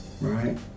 right